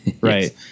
right